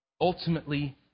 ultimately